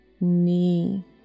knee